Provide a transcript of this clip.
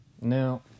Now